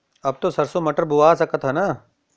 अब त सरसो मटर बोआय सकत ह न?